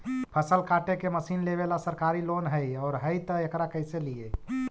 फसल काटे के मशीन लेबेला सरकारी लोन हई और हई त एकरा कैसे लियै?